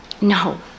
No